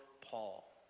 Paul